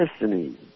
listening